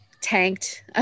tanked